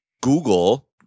Google